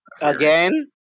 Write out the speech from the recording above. Again